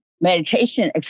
meditation